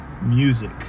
Music